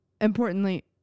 Importantly